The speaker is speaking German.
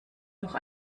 noch